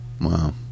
Wow